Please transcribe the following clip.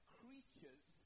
creatures